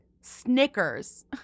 snickers